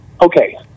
Okay